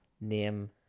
Name